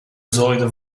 zorgden